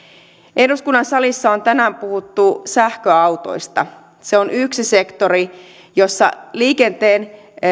eduskunnan salissa on tänään puhuttu sähköautoista se on yksi sektori jolla liikenteen